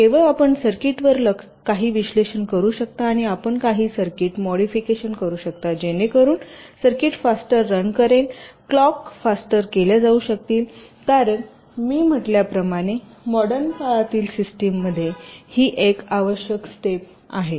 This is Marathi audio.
केवळ आपण सर्किटवर काही विश्लेषण करू शकता आणि आपण काही सर्किट मॉडिफिकेशन करू शकता जेणेकरून सर्किट फास्टर रन करेल क्लॉक फास्टर केल्या जाऊ शकतील कारण मी म्हटल्याप्रमाणे मॉडर्न काळातील सिस्टममध्ये ही एक आवश्यक स्टेप आहे